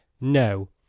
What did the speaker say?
No